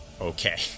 Okay